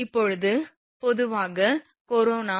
இப்போது பொதுவாக corona mv 0